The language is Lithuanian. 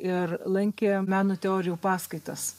ir lankė meno teorijų paskaitas